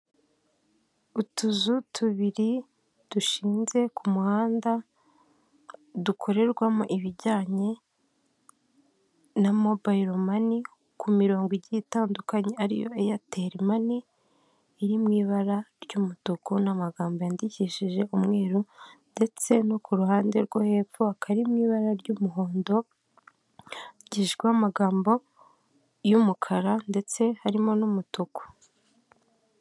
Utuzu tubiri dushinze ku muhanda, dukorerwamo ibijyanye na mobile money, ku mirongo igiye itandukanye, ariyo airtel money, iri mu ibara ry'umutuku, n'amagambo yandikishije umweru. Ndetse no ku ruhande rwo hepfo akari mu ibara ry'umuhondo, kandikishijweho amagambo y'umukara, ndetse harimo n'umutuku.